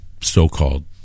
so-called